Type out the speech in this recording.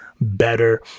better